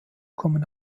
kommen